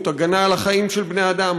הגנה על החיים של בני אדם,